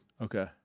Okay